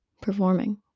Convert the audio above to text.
performing